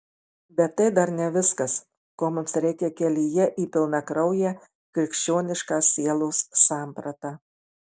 bet tai dar ne viskas ko mums reikia kelyje į pilnakrauję krikščionišką sielos sampratą